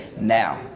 Now